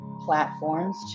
platforms